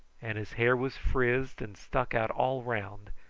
and his hair was frizzed and stuck out all round,